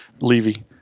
Levy